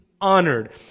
honored